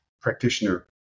practitioner